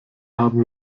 haben